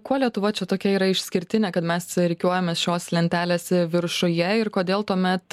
kuo lietuva čia tokia yra išskirtinė kad mes rikiuojamės šios lentelės viršuje ir kodėl tuomet